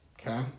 okay